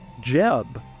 Jeb